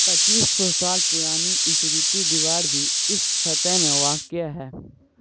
پچیس سو سال پرانی عفریتی دیوار بھی اس خطے میں واقع ہے